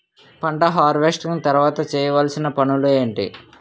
పంట హార్వెస్టింగ్ తర్వాత చేయవలసిన పనులు ఏంటి?